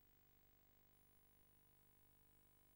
זה